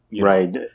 Right